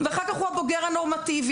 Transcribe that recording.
ואחר כך הוא הבוגר הנורמטיבי,